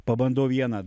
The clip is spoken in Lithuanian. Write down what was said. pabandau vieną